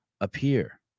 appear